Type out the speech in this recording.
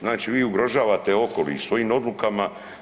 Znači vi ugrožavate okoliš svojim odlukama.